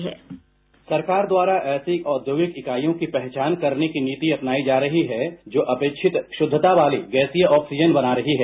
sound bite सरकार द्वारा ऐसी औद्योगिक इकाइयों की पहचान करने की नीति अपनायी जा रही है जो अपेक्षित शुद्धता वाली गैसीय ऑक्सीजन बना रही हैं